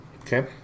Okay